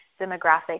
demographic